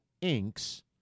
inks